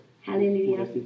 Hallelujah